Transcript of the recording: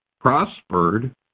prospered